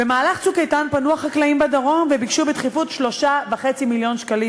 במהלך "צוק איתן" פנו החקלאים בדרום וביקשו בדחיפות 3.5 מיליון שקלים,